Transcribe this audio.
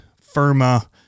Firma